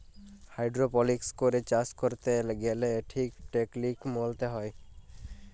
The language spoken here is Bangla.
হাইড্রপলিক্স করে চাষ ক্যরতে গ্যালে ঠিক টেকলিক মলতে হ্যয়